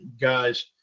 guys